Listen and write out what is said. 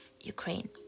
Ukraine